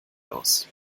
aus